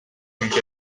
ülke